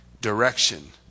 Direction